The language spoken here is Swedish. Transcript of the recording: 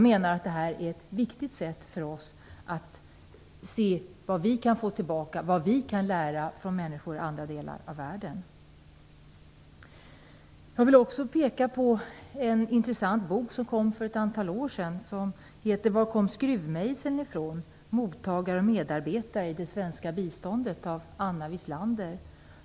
Det är viktigt för oss att se vad vi kan lära av människor i andra delar av världen. Jag vill också peka på en intressant bok som utkom för ett antal år sedan. Den heter Var kom skruvmejseln ifrån - mottagare och medarbetare i det svenska biståndet och är skriven av Anna Wieslander.